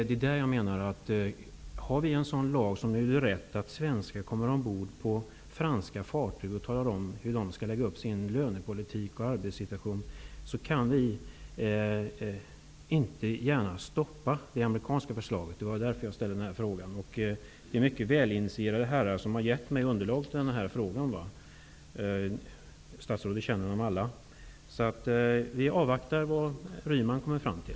Har vi en lag som ger svenskar rätt att komma ombord på franska fartyg och tala om hur de skall hantera sin lönepolitik och arbetssituation kan vi inte gärna stoppa det amerikanska förslaget. Det var därför jag ställde frågan. Det är mycket välinitierade herrar som har gett mig underlaget till frågan. Statsrådet känner dem alla. Vi får avvakta vad Sven-Hugo Ryman kommer fram till.